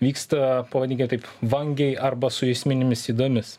vyksta pavadinkim taip vangiai arba su esminėmis ydomis